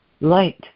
light